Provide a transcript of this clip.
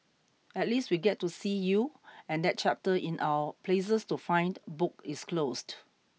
at least we get to see you and that chapter in our places to find book is closed